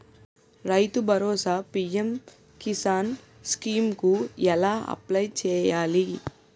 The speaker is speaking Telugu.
రైతు భరోసా పీ.ఎం కిసాన్ స్కీం కు ఎలా అప్లయ్ చేయాలి?